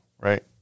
Right